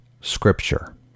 scripture